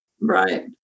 Right